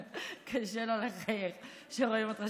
קשה לא לחייך כשרואים אותך,